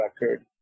record